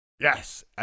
Yes